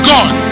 God